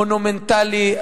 המונומנטלי,